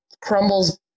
crumbles